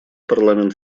парламент